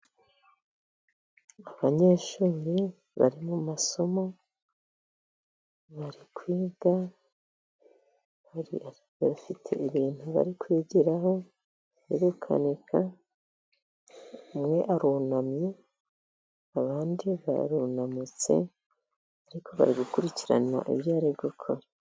Abanyeshuri bari mu masomo bari kwiga, bafite ibintu bari kwigiraho byo gukanika, umwe arunamye abandi barunamutse, ariko bari gukurikirana ibyo ari gukora.